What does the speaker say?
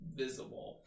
visible